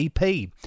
ep